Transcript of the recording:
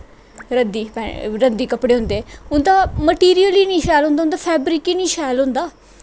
रद्दी कपड़े होंदे उं'दा मैटिरियल गै निं शैल होंदा उं'दा फैवरिक ही निं शैल होंदा